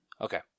Okay